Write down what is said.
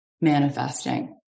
manifesting